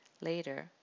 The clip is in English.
Later